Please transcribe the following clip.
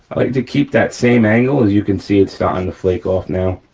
like to keep that same angle, as you can see it's starting to flake off now,